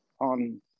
on